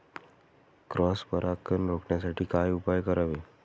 Cross परागकण रोखण्यासाठी काय उपाय करावे?